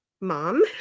mom